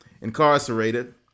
incarcerated